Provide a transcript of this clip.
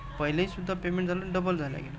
पहिलेसुद्धा payment झालं double झालेलं हाय